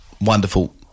wonderful